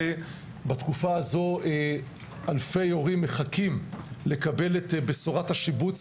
בתקופה הזאת אלפי הורים מחכים לקבל את בשורת השיבוץ,